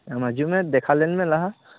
ᱟᱢ ᱦᱤᱡᱩᱜ ᱢᱮ ᱫᱮᱠᱷᱟᱣ ᱞᱮᱱᱢᱮ ᱞᱟᱦᱟ